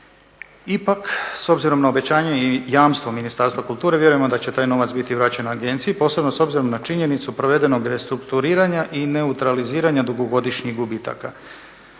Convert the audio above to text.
Ipak, s obzirom na obećanje i jamstvo Ministarstva kulture vjerujemo da će taj novac biti vraćen agenciji, posebno s obzirom na činjenicu provedenog restrukturiranja i neutraliziranja dugogodišnjih gubitaka.